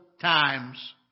times